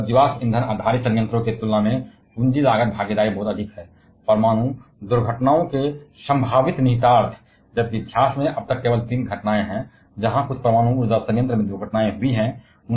आमतौर पर जीवाश्म ईंधन आधारित संयंत्रों की तुलना में पूंजी लागत भागीदारी बहुत अधिक है परमाणु दुर्घटनाओं के संभावित निहितार्थ जबकि इतिहास में अब तक केवल 3 घटनाएं हैं जहां कुछ परमाणु ऊर्जा संयंत्र में दुर्घटनाएं हुईं